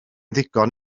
ddigon